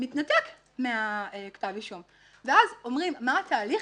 מתנתק מכתב האישום ואז אומרים מה התהליך